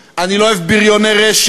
אני לא אוהב מסיתים, אני לא אוהב בריוני רשת,